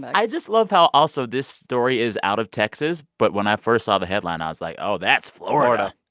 but i i just love how, also, this story is out of texas, but when i first saw the headline, i was like, oh, that's florida